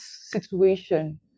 situation